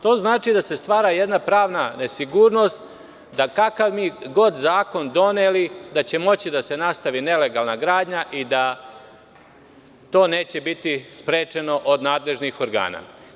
To znači da se stvara jedna pravna nesigurnost da kakav god mi zakon doneli, da će moći da se nastavi nelegalna gradnja i da to neće biti sprečeno od nadležnih organa.